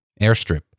airstrip